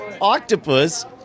octopus